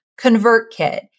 ConvertKit